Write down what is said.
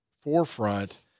forefront